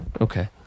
Okay